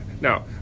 Now